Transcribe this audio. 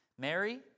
Mary